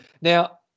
Now